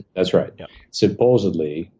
that's right. yeah. supposedly,